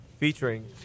Featuring